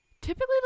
Typically